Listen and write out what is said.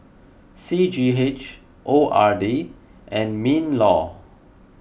C G H O R D and MinLaw